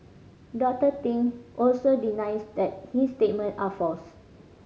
Doctor Ting also denies that his statement are false